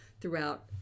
throughout